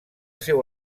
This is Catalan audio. seu